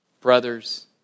brothers